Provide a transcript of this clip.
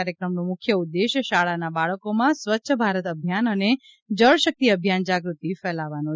આ કાર્યક્રમનો મુખ્ય ઉદ્દેશ શાળાના બાળકોમાં સ્વચ્છ ભારત અભિયાન અને જળ શકિત અભિયાન જાગૃતિ ફેલાવવાનો છે